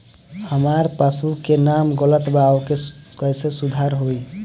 हमार पासबुक मे नाम गलत बा ओके कैसे सुधार होई?